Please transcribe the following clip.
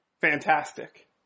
fantastic